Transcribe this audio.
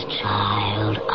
child